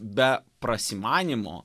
be prasimanymo